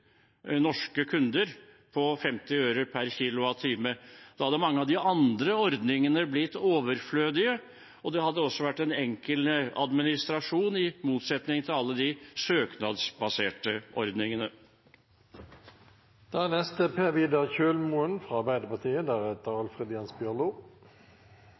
på 50 øre per kWh. Da hadde mange av de andre ordningene blitt overflødige, og det hadde også vært en enkel administrasjon, i motsetning til alle de søknadsbaserte ordningene. Debatten begynner å gå inn for landing. Det er